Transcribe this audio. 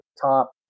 top